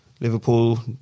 Liverpool